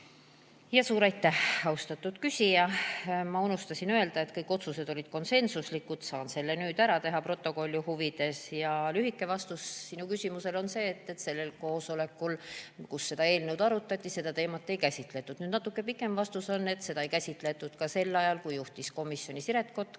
Suur aitäh, austatud küsija! Ma unustasin öelda, et kõik otsused olid konsensuslikud, saan selle protokolli huvides nüüd ära öelda. Lühike vastus sinu küsimusele on see, et sellel koosolekul, kus seda eelnõu arutati, seda teemat ei käsitletud. Natuke pikem vastus on, et seda ei käsitletud ka sel ajal, kui komisjoni juhtis Siret Kotka.